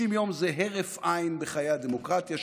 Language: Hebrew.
60 יום הם הרף עין בחיי הדמוקרטיה.